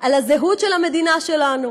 על הזהות של המדינה שלנו,